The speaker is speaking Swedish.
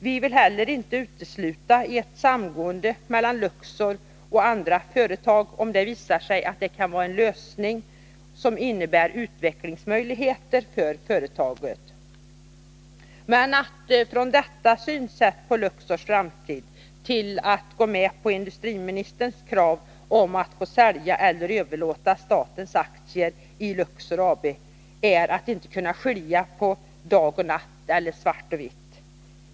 Vi vill inte utesluta att ett samgående mellan Luxor och ett eller flera andra företag kan visa sig vara en lösning som innebär att de utvecklingsmöjligheter som finns i Luxor tas till vara. Men att mot bakgrund av detta synsätt på Luxors framtid gå med på industriministerns krav att få sälja eller överlåta statens aktieri Luxor AB, är att inte kunna skilja på natt och dag eller svart och vitt.